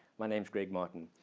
my name is greg martin.